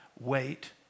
Wait